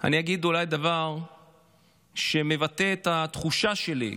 אני אגיד דבר שאולי מבטא את התחושה שלי,